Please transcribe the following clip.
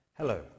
Hello